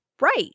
right